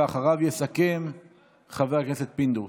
ואחריו יסכם חבר הכנסת פינדרוס.